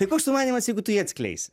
tai koks sumanymas jeigu tu jį atskleisi